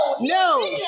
No